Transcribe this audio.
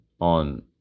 on